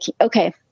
okay